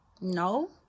No